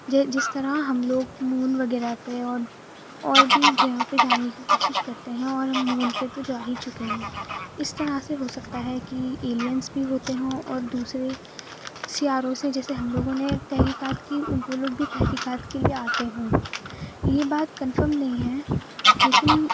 جس طرح ہم لوگ مون وغیرہ پہ اور بھی گرہوں پر جانے کی کوشش کرتے ہیں اور ہم مون پہ تو جا ہی چکے ہیں اس طرح سے ہو سکتا ہے کہ ایلینس بھی ہوتے ہوں اور دوسرے سیاروں سے جیسے ہم لوگوں نے تحقیقات کی وہ لوگ بھی تحقیقات کے لئے آتے ہوں گے یہ بات کنفرم نہیں ہے لیکن